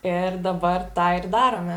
ir dabar tą ir darome